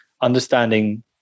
understanding